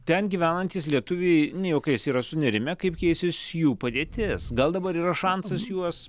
ten gyvenantys lietuviai ne juokais yra sunerimę kaip keisis jų padėtis gal dabar yra šansas juos